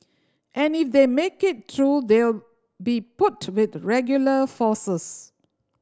and if they make it through they'll be put with regular forces